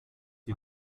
die